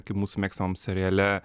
kaip mūsų mėgstamam seriale